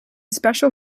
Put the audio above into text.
special